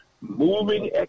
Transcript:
moving